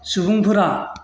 सुबुंफोरा